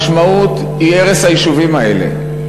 המשמעות היא הרס היישובים האלה.